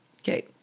Okay